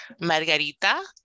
margarita